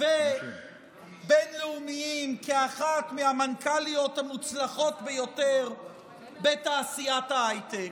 ובין-לאומיים כאחת מהמנכ"ליות המוצלחות ביותר בתעשיית ההייטק.